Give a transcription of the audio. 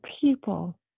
people